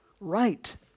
right